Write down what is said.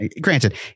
Granted